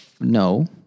No